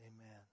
Amen